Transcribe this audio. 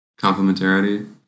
complementarity